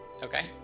Okay